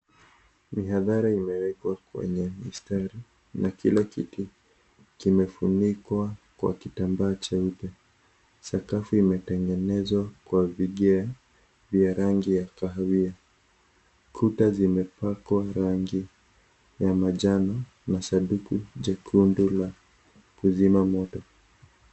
Ni hadhara imewekwa kwenye mistari na kile kiti kimefunikwa kwa kitambaa cheupe sakafu imetengenezwa kwa vigeo vya rangi ya kahawia ,kuta zimepakwa rangi ya manjano na sanduku jekundu la kuzima moto.